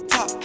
Top